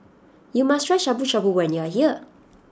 you must try Shabu Shabu when you are here